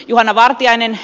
juhana vartiainen